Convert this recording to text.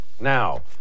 Now